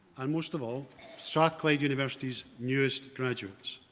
and most of all strathclyde university's newest graduates,